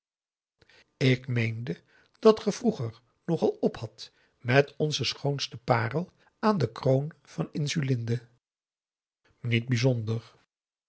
ik meende dat ge vroeger nogal ophadt met onze schoonste parel aan de kroon van insulinde niet bijzonder